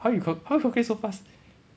how you cal~ how you calculate so fast